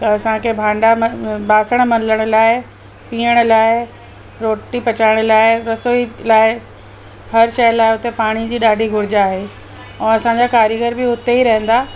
त असांखे भांडा न बासण मलण लाइ पीअण लाइ रोटी पचाइण लाइ रसोई लाइ हर शइ लाइ हुते पाणीअ जी ॾाढी घुरिज आहे ऐं असांजा कारीगर बि हुते ई रहंदा